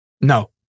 No